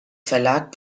verlag